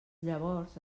llavors